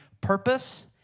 purpose